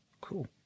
Cool